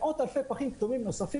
מאות אלפי פחים כתומים נוספים,